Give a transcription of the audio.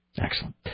Excellent